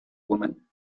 woman